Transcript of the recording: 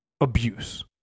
abuse